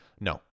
No